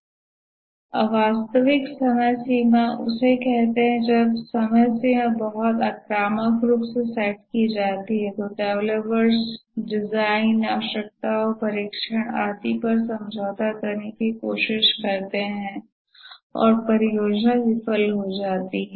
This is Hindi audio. अवास्तविक समय सीमा उसे कहते है जब समय सीमा बहुत आक्रामक रूप से सेट की जाती है तो डेवलपर्स डिजाइन आवश्यकताओं परीक्षण और आदि पर समझौता करने की कोशिश करते हैं और परियोजना विफल हो जाती है